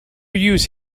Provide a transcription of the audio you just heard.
use